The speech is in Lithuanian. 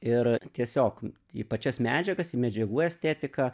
ir tiesiog į pačias medžiagas į medžiagų estetiką